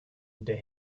der